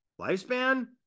Lifespan